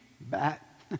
bat